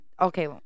okay